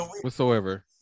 Whatsoever